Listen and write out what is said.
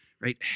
right